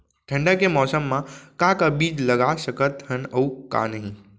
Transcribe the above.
ठंडा के मौसम मा का का बीज लगा सकत हन अऊ का नही?